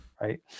right